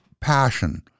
passion